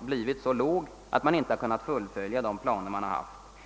blivit så låg att man inte kunnat fullfölja de planer man haft.